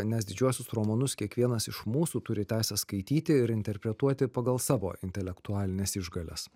nes didžiuosius romanus kiekvienas iš mūsų turi teisę skaityti ir interpretuoti pagal savo intelektualines išgales